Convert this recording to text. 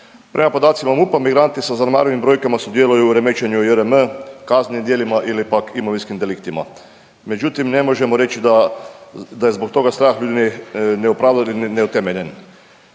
Prema podacima MUP-a migranti sa zanemarivim brojkama sudjeluju u remećenju JRM, kaznenim djelima ili pak imovinskim deliktima, međutim ne možemo reći da, da je zbog toga strah ljudi neopravdan i neutemeljen.